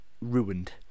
ruined